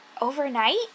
overnight